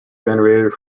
generated